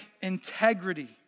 integrity